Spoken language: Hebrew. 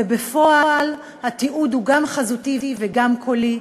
ובפועל התיעוד הוא גם חזותי וגם קולי,